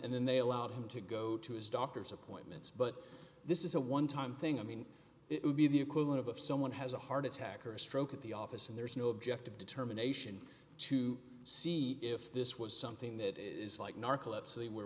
and then they allowed him to go to his doctor's appointments but this is a one time thing i mean it would be the equivalent of if someone has a heart attack or a stroke at the office and there is no objective determination to see if this was something that is like